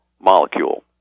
molecule